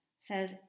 says